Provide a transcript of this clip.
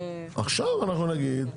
עכשיו אנחנו נגיד.